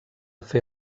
fer